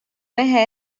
mehe